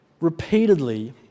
repeatedly